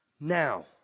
Now